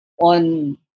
on